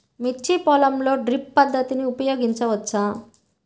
మిర్చి పొలంలో డ్రిప్ పద్ధతిని ఉపయోగించవచ్చా?